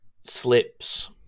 slips